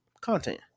content